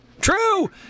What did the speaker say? True